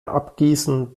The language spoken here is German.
abgießen